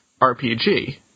RPG